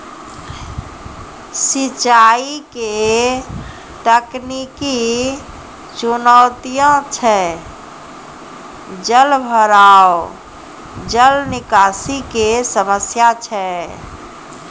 सिंचाई के तकनीकी चुनौतियां छै जलभराव, जल निकासी के समस्या छै